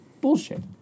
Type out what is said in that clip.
bullshit